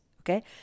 okay